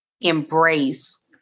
embrace